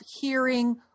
hearing